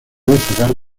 destacar